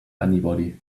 anybody